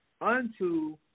Unto